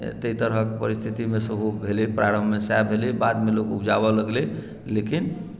ताहि तरहक परिस्थितिमे सेहो भेलै प्रारम्भमे सएह भेलै बादमे लोक उपजावऽ लगलै लेकिन